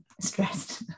stressed